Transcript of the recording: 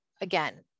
again